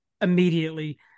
immediately